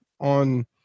On